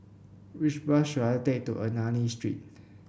which bus should I take to Ernani Street